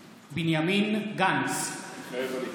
מתחייבת אני בנימין גנץ, מתחייב אני